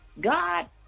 God